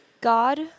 God